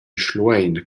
schluein